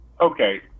Okay